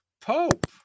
Pope